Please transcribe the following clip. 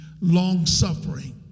long-suffering